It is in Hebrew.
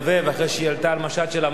אחרי שהיא עלתה על משט של ה"מרמרה",